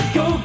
go